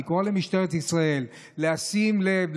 אני קורא למשטרת ישראל לשים לב,